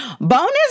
Bonus